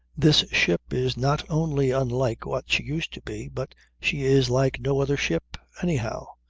this ship is not only unlike what she used to be, but she is like no other ship, anyhow.